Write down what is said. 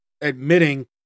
admitting